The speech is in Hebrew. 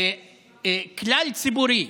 כלל-ציבורי,